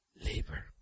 labor